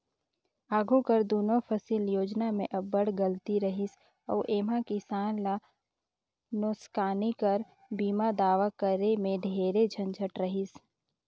आघु कर दुनो फसिल योजना में अब्बड़ गलती रहिस अउ एम्हां किसान ल नोसकानी कर बीमा दावा करे में ढेरे झंझट रहिस